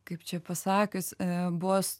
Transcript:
kaip čia pasakius buvo